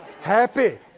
Happy